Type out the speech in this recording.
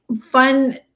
fun